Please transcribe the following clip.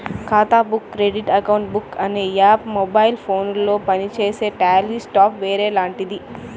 ఖాతా book credit account book అనే app mobile ఫోనులో పనిచేసే ట్యాలీ సాఫ్ట్ వేర్ లాంటిది